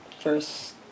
first